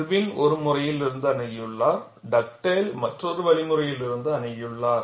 Irwin ஒரு முறையிலிருந்து அணுகியுள்ளார் டக்டேல் மற்றொரு வழிமுறையில் அணுகியுள்ளார்